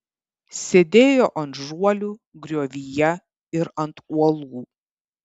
sėdėjo ant žuolių griovyje ir ant uolų